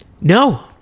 No